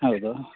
ಹೌದು